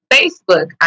Facebook